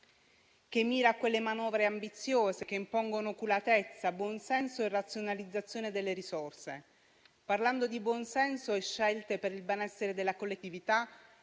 che mira a manovre ambiziose che impongono oculatezza, buon senso e razionalizzazione delle risorse. Parlando di buon senso e scelte per il benessere della collettività,